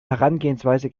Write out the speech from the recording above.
herangehensweise